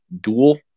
dual